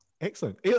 Excellent